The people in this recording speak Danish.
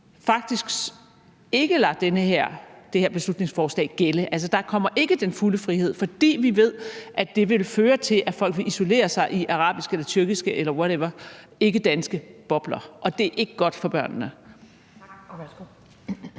faktisk ikke lader det her beslutningsforslag gælde, altså at der ikke kommer den fulde frihed, fordi vi ved, at det vil føre til, at folk vil isolere sig i arabiske eller tyrkiske eller whatever ikkedanske bobler, og at det ikke er godt for børnene?